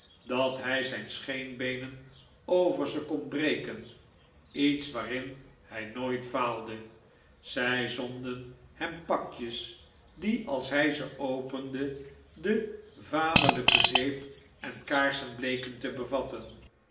dat hij zijn scheenbeenen over ze kon breken iets waarin hij nooit faalde zij zonden hem pakjes die als hij ze opende de vaderlijke zeep en kaarsen bleken te bevatten